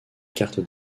carte